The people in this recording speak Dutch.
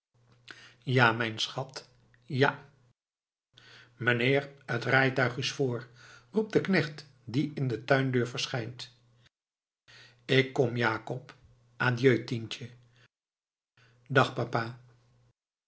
ja mijn schat ja mijnheer het rijtuig is voor roept de knecht die in de tuindeur verschijnt ik kom jakob adieu tientje dag papa